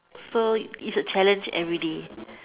so it's a challenge everyday